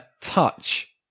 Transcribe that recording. touch